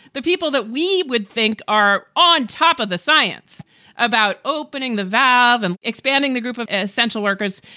the people that we would think are on top of the science about opening the valve and expanding the group of central workers.